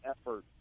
effort